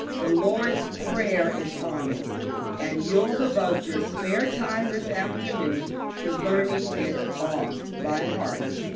the lord's prayer is on it and you'll devote your spare time this afternoon to learning it off by heart.